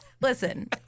Listen